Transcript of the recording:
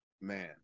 man